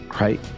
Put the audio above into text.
Right